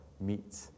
meet